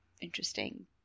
interesting